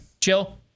Jill